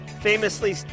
famously